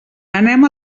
anem